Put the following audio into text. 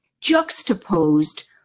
juxtaposed